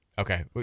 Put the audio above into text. Okay